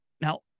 now